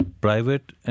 private